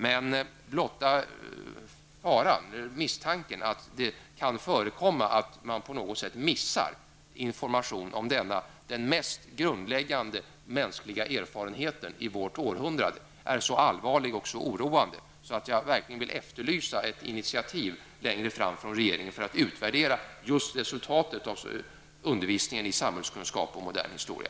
Men blotta misstanken att det kan förekomma att man på något sätt missar information om denna den mest grundläggande mänskliga erfarenheten i vårt århundrade är så allvarlig och så oroande att jag verkligen vill efterlysa ett initiativ längre fram från regeringen till att utvärdera just resultatet av undervisningen i samhällskunskap och modern historia.